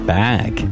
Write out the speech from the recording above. back